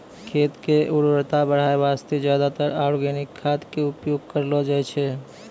खेत के उर्वरता बढाय वास्तॅ ज्यादातर आर्गेनिक खाद के उपयोग करलो जाय छै